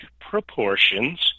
proportions